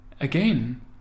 again